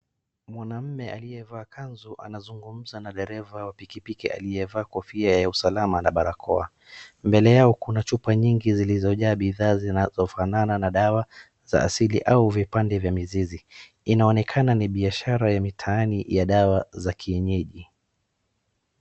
Mwanaume aliyevaa kanzu anazungumza na dereva wa pikipiki aliyevaa kofia ya usalama na barakoa. Mbele yao kuna chupa nyingi zilizojaa bidhaa zinazofanana na dawa za asili au vipande vya mzizi. Inonekana ni biashara ya mitaani ya dawa za kienyeji.